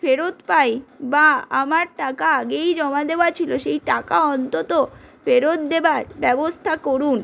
ফেরত পাই বা আমার টাকা আগেই জমা দেওয়া ছিল সেই টাকা অন্তত ফেরত দেওয়ার ব্যবস্থা করুন